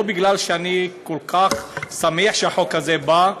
לא בגלל שאני כל כך שמח שהחוק הזה בא,